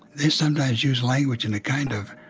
they sometimes use language in a kind of